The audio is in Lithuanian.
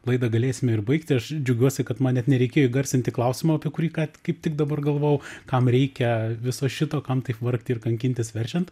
laidą galėsime ir baigti aš džiaugiuosi kad man net nereikėjo įgarsinti klausimo apie kurį ką kaip tik dabar galvojau kam reikia viso šito kam taip vargti ir kankintis verčiant